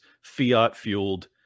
fiat-fueled